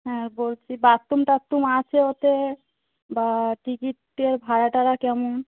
হ্যাঁ বলছি বাথরুম টাথরুম আছে ওতে বা টিকিটের ভাড়া টাড়া কেমন